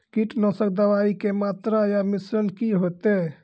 कीटनासक दवाई के मात्रा या मिश्रण की हेते?